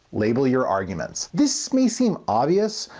label your arguments. this may seem obvious,